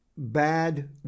bad